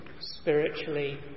spiritually